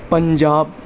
Punjab